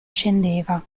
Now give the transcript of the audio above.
scendeva